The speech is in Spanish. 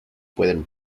pueden